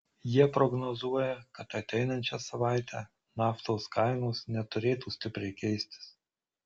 jie prognozuoja kad ateinančią savaitę naftos kainos neturėtų stipriai keistis